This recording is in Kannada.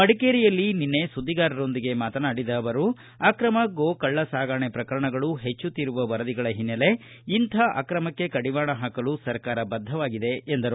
ಮಡಿಕೇರಿಯಲ್ಲಿ ನಿನ್ನೆ ಸುದ್ದಿಗಾರರೊಂದಿಗೆ ಮಾತನಾಡಿದ ಅವರು ಅಕ್ರಮ ಗೋ ಕಳ್ಳಸಾಗಾಣೆ ಪ್ರಕರಣಗಳು ಪೆಚ್ಚುತ್ತಿರುವ ವರದಿಗಳ ಹಿನ್ನಲೆ ಇಂಥ ಅಕ್ರಮಕ್ಕೆ ಕಡಿವಾಣ ಹಾಕಲು ಸರ್ಕಾರ ಬದ್ದವಾಗಿದೆ ಎಂದರು